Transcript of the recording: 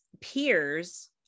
peers